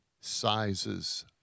sizes